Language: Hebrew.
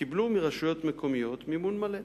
קיבלו מרשויות מקומיות מימון מלא.